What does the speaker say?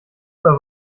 oder